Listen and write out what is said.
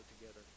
together